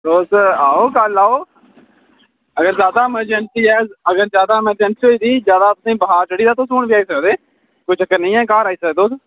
तुस आओ कल आओ अगर जैदा ऐमरजैंसी ऐ अगर जैदा ऐमेंरजैंसी होई दी जैदा तुसेंगी बखार चढ़ी गेदा ते तुस हून बी आई सकदे कोई चक्कर नीं ऐ घर आई सकदे